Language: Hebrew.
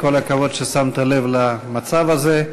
כל הכבוד ששמת לב למצב הזה.